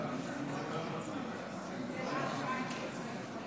תמה ההצבעה.